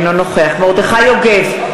אינו נוכח מרדכי יוגב,